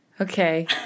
Okay